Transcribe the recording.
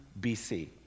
BC